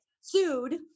sued